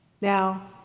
Now